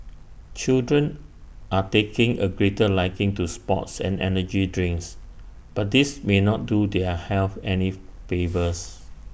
children are taking A greater liking to sports and energy drinks but these may not do their health any favours